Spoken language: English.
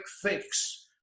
fix